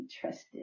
trusted